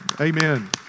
Amen